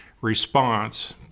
response